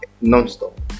non-stop